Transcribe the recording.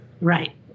Right